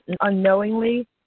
unknowingly